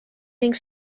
ning